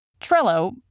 Trello